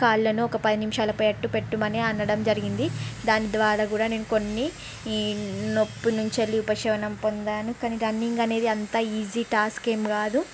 కాళ్ళను ఒక పది నిమిషాలు పాటు పెట్టమని అనడం జరిగింది దాని ద్వారా కూడా నేను కొన్ని ఈ నొప్పి నుంచి ఉపశమనం పొందాను కానీ రన్నింగ్ అనేది అంత ఈజీ టాస్క్ ఏం కాదు